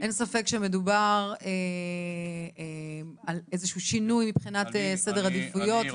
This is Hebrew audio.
אין ספק שמדובר על איזשהו שינוי מבחינת סדר עדיפויות,